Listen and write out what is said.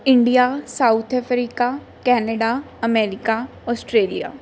India South Africa Canada America Australia